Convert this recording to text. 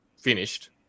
finished